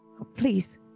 Please